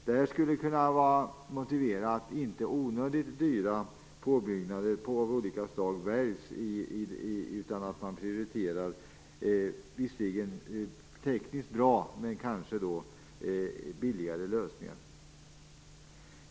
Detta skulle motivera att inte onödigt dyra påbyggnader väljs, utan att man i stället prioriterar tekniskt bra men billigare lösningar.